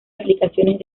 aplicaciones